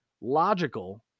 logical